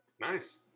Nice